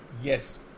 Yes